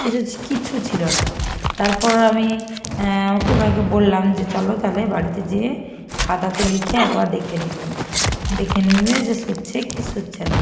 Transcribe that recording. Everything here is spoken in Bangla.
কিছু কিচ্ছু ছিল না তারপর আমি ও ওনাকে বললাম যে চলো তালে বাড়িতে যেয়ে খাতাতে লিখে একবার দেখে নিবে দেখে নিবে যে সচ্ছে কি সচ্ছে না